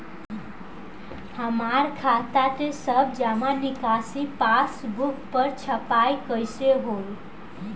हमार खाता के सब जमा निकासी पासबुक पर छपाई कैसे होई?